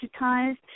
digitized